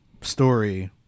story